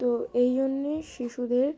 তো এই জন্যে শিশুদের